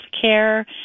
care